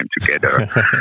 together